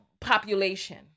population